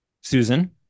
Susan